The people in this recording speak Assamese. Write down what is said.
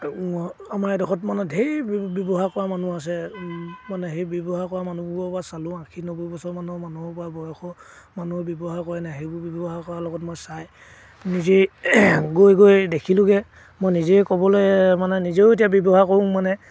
আমাৰ এডোখৰত মানে ধেৰ ব্যৱহাৰ কৰা মানুহ আছে মানে সেই ব্যৱহাৰ কৰা মানুহবোৰৰ পৰা চালোঁ আশী নব্বৈ বছৰমানৰ মানুহৰ পৰা বয়সৰ মানুহে ব্যৱহাৰ কৰেনে সেইবোৰ ব্যৱহাৰ কৰাৰ লগত মই চাই নিজেই গৈ গৈ দেখিলোঁগৈ মই নিজেই ক'বলৈ মানে নিজেও এতিয়া ব্যৱহাৰ কৰোঁ মানে